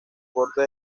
bordes